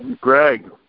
Greg